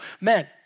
men